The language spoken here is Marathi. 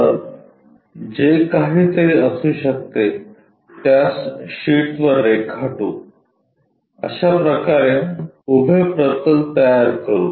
तर जे काहीतरी असू शकते त्यास शीटवर रेखाटू अशा प्रकारे उभे प्रतल तयार करू